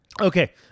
Okay